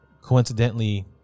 Coincidentally